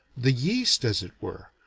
the yeast as it were,